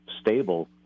stable